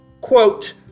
Quote